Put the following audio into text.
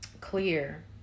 clear